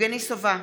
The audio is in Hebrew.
יבגני סובה,